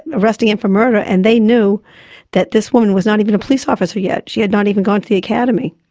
arresting him for murder, and they knew that this woman was not even a police officer yet. she had not even gone to the academy.